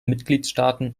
mitgliedstaaten